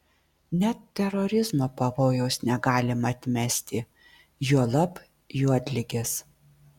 net terorizmo pavojaus negalima atmesti juolab juodligės